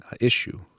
issue